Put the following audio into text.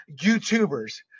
YouTubers